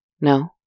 No